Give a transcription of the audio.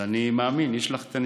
וכפי שאפרט בהמשך